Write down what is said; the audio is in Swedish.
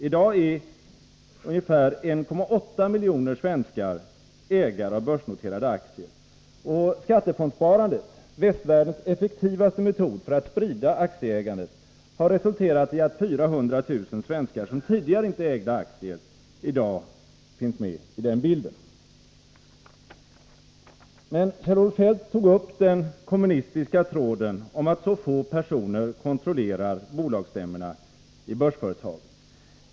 I dag är ungefär 1,8 miljoner svenskar ägare av börsnoterade aktier. Skattefondssparandet, västvärldens effektivaste metod för att sprida aktieägandet, har resulterat i att 400 000 svenskar, som tidigare inte ägde aktier, i dag finns med i den bilden. Men Kjell-Olof Feldt tog upp den kommunistiska tråden om att så få personer kontrollerar bolagsstämmorna i börsföretagen.